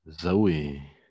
Zoe